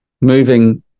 moving